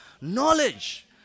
knowledge